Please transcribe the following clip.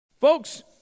Folks